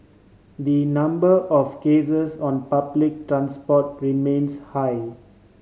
the number of cases on public transport remains high